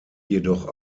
jedoch